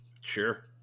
Sure